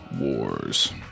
Wars